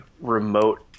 remote